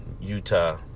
Utah